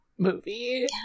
Movie